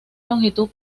longitud